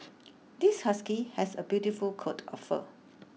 this husky has a beautiful coat of fur